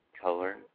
color